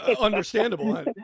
Understandable